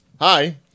hi